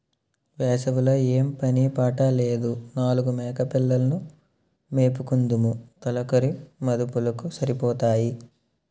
వేసవి లో ఏం పని పాట లేదు నాలుగు మేకపిల్లలు ను మేపుకుందుము తొలకరి మదుపులకు సరిపోతాయి